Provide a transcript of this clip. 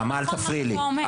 נעמה אל תפריעי לי,